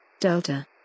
Delta